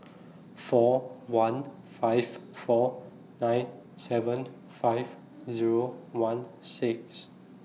four one five four nine seven five Zero one six